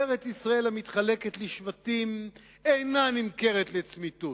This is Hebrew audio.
"ארץ-ישראל המתחלקת לשבטים אינה נמכרת לצמיתות,